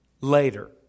later